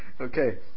Okay